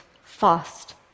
fast